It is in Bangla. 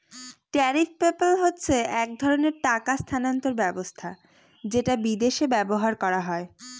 ট্যারিফ পেপ্যাল হচ্ছে এক ধরনের টাকা স্থানান্তর ব্যবস্থা যেটা বিদেশে ব্যবহার করা হয়